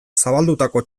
zabaldutako